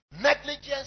Negligence